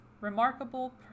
remarkable